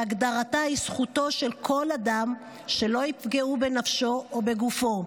שהגדרתה היא זכותו של כל אדם שלא יפגעו בנפשו או בגופו.